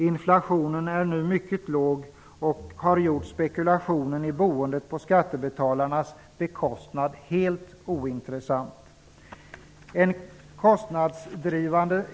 Inflationen är nu mycket låg, och det har gjort spekulationen i boendet på skattebetalarnas bekostnad helt ointressant.